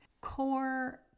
core